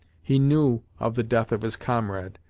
he knew of the death of his comrade,